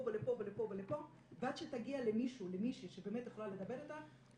ולפה ולפה ועד שתגיע למישהו או למישהי שבאמת יכולה לדבר איתה,